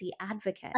advocate